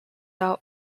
out